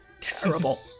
terrible